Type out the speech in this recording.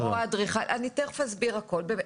אני תיכף אסביר הכל.